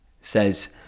says